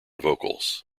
vocals